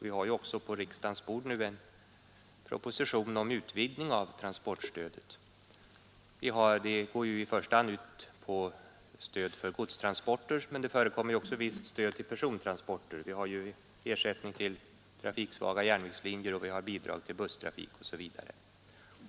Vi har också på riksdagens bord nu en proposition om utvidgning av transportstödet. Stödet innebär i första hand ett stöd för godstransporter, men det förekommer också visst stöd till persontransporter. Vi har ersättning till trafiksvaga järnvägslinjer, och vi har bidrag till busstrafik osv.